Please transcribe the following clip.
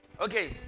Okay